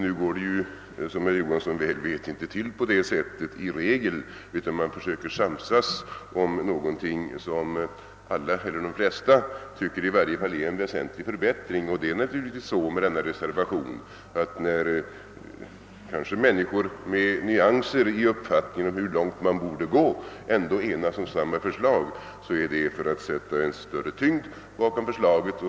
Nu går det som herr Johansson väl vet i regel inte till på det sättet, utan man försöker samsas om någonting som alla eller i varje fall de flesta tycker är en väsentlig förbättring. Det förhåller sig naturligtvis så med denna reservation, att när människor som kanske har nyansskillnader i fråga om uppfattningen om hur långt man bör gå ändå enas om samma förslag, sker detta för att sätta större tyngd bakom förslaget.